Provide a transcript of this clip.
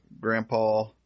Grandpa